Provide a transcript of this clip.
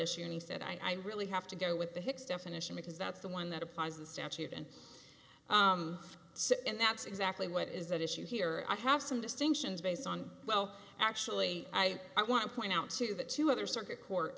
issue and he said i really have to go with the hicks definition because that's the one that applies the statute and and that's exactly what is at issue here i have some distinctions based on well actually i i want to point out to the two other circuit